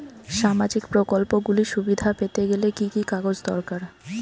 সামাজীক প্রকল্পগুলি সুবিধা পেতে গেলে কি কি কাগজ দরকার?